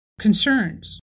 concerns